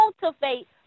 cultivate